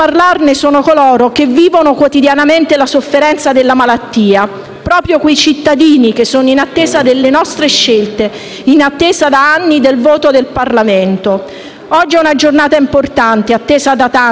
Oggi è una giornata importante, attesa da tanti, da milioni di cittadini, che insieme con noi in questi anni hanno cercato di dire che dobbiamo fare presto. Userò allora parole non mie. Sono parole che potremmo